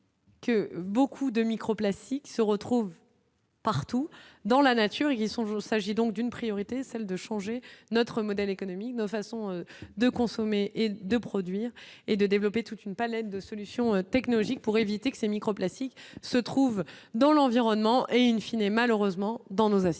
que beaucoup de micro-classique se retrouve. Partout dans la nature, il songe ou s'agit donc d'une priorité, celle de changer notre modèle économique, nos façons de consommer et de produire et de développer toute une palette de solutions technologiques pour éviter que ces microplastiques se trouve dans l'environnement et in fine et malheureusement dans nos assiettes.